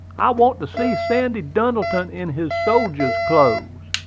i want to see sandy duddleton in his sodjer's clothes.